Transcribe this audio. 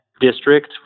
district